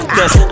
Cause